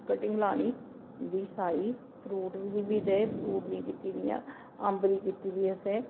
cutting लानी ओह्दी सारी फ्रूट दी बी ते फ्रूट दी कीती दियां अम्ब दी कीती दी असें